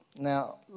Now